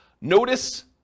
Notice